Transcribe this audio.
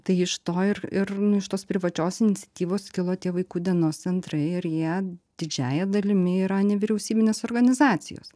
tai iš to ir ir nu iš tos privačios iniciatyvos kilo tie vaikų dienos centrai ir jie didžiąja dalimi yra nevyriausybinės organizacijos